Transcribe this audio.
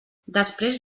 després